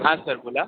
हां सर बोला